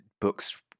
books